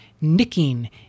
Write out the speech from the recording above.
nicking